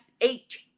eight